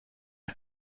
and